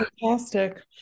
Fantastic